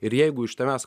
ir jeigu iš tavęs